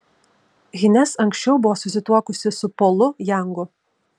hines anksčiau buvo susituokusi su polu jangu